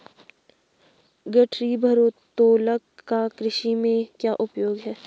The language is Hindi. गठरी भारोत्तोलक का कृषि में क्या उपयोग है?